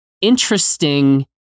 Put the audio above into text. interesting